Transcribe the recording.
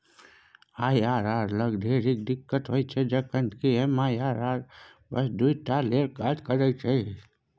IRR लग ढेरिक दिक्कत होइत छै जखन कि एम.आई.आर.आर बस दुइ टाक लेल काज करैत छै